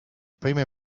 prime